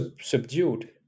subdued